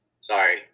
sorry